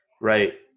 Right